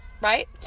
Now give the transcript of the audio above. right